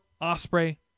Osprey